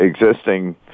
existing